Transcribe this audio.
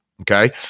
Okay